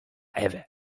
ewę